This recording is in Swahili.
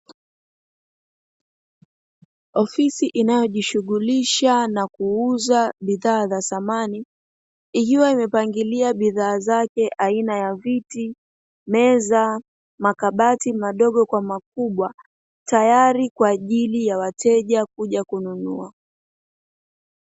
Ofisi inayojishughulisha na kuuza bidhaa za samani, ikiwa imepangilia bidhaa zake aina ya viti, meza na makabati madogo kwa makubwa, tayari kwa ajili ya wateja kuja kununua.